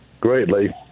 greatly